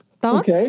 Thoughts